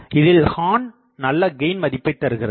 இதில் ஹார்ன் நல்ல கெயின் மதிப்பைதருகிறது